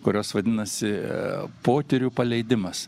kurios vadinasi poterių paleidimas